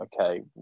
Okay